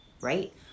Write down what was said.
right